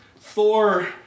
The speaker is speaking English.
Thor